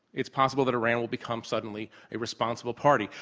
it's possible that iran will become suddenly a responsible party,